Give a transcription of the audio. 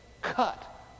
cut